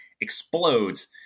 explodes